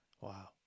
wow